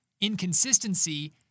Inconsistency